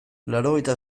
laurogeita